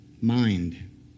Mind